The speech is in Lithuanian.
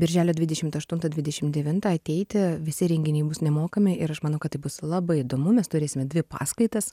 birželio dvidešimt aštuntą dvidešim devintą ateiti visi renginiai bus nemokami ir aš manau kad tai bus labai įdomu mes turėsime dvi paskaitas